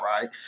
right